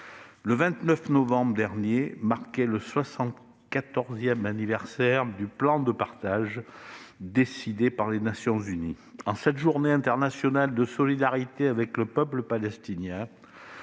Le 29 novembre dernier marquait le soixante-quatorzième anniversaire du plan de partage décidé par les Nations unies. En cette Journée internationale de solidarité avec le peuple palestinien,